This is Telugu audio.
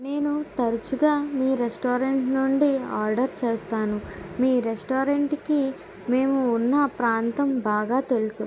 నేను తరచుగా మీ రెస్టారెంట్ నుండి ఆర్డర్ చేస్తాను మీ రెస్టారెంట్కి మేము ఉన్న ప్రాంతం బాగా తెలుసు